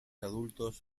adultos